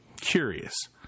Curious